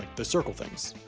the circle things.